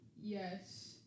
Yes